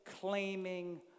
claiming